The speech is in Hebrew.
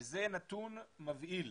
זה נתון מבהיל.